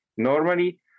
normally